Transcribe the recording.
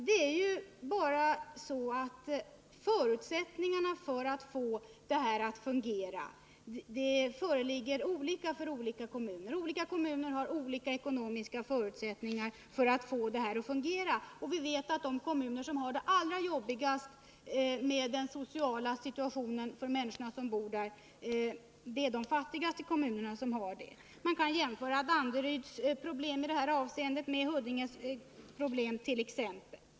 Det är ju bara så att olika kommuner har olika ekonomiska förutsättningar att få det att fungera. De kommuner som har det allra jobbigast med den sociala situationen för människorna som bor där är de fattigaste kommunerna. Man kan t.ex. jämföra Danderyds problem i det här avseendet med Huddinges.